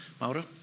Mauro